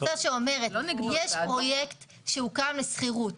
זו ההצעה שאומרת יש פרויקט שמוקם לשכירות,